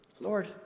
Lord